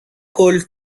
cold